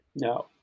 No